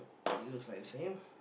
it looks like the same